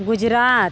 Gujarat